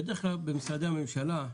בדרך כלל במשרדי הממשלה,